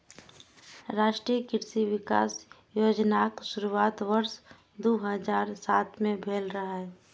राष्ट्रीय कृषि विकास योजनाक शुरुआत वर्ष दू हजार सात मे भेल रहै